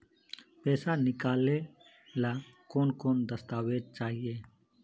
पैसा निकले ला कौन कौन दस्तावेज चाहिए?